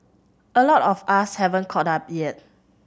a lot of us haven't caught up yet